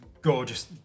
gorgeous